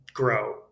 grow